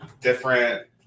different